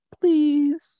Please